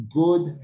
good